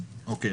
ראשית,